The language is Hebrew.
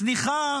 צניחה